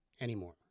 anymore